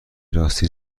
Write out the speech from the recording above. راستی